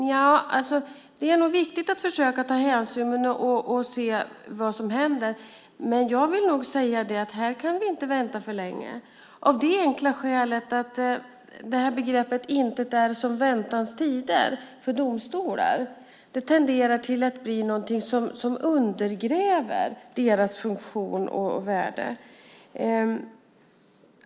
Nja, det är nog viktigt att försöka ta hänsyn och se vad som händer, men här kan vi inte vänta för länge, av det enkla skälet att begreppet "intet är som väntans tider" för domstolar tenderar att bli någonting som undergräver deras funktion och värde.